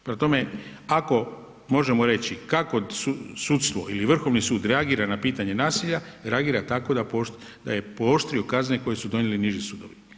Prema tome, ako možemo reći, kako sudstvo ili Vrhovni sud reagira na pitanje nasilja, reagira tako da je pooštrio kazne koje su donijeli niži sudovi.